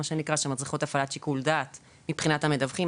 שמצריכות הפעלת שיקול דעת מבחינת המדווחים,